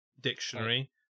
dictionary